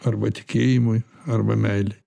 arba tikėjimui arba meilei